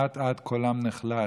אט-אט קולם נחלש,